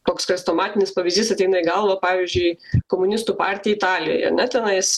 toks chrestomatinis pavyzdys ateina į galvą pavyzdžiui komunistų partija italijoj ane tenais